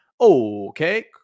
Okay